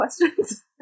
questions